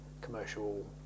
commercial